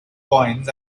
coins